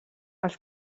els